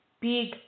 Big